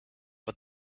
but